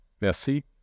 Merci